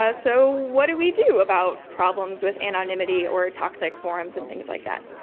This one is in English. ah so, what do we do about problems with anonymity or toxic forums and things like that?